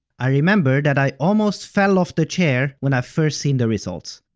i remember that i almost fell off the chair when i've first seen the results.